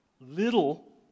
Little